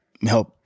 help